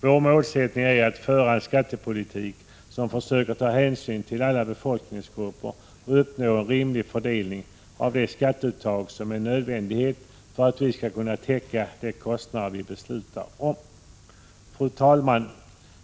Vår målsättning är att föra en skattepolitik som försöker ta hänsyn till alla befolkningsgrupper och uppnå en rimlig fördelning av de skatteuttag som är nödvändiga för att vi skall kunna täcka de kostnader vi beslutar om. Fru talman!